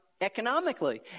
economically